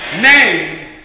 name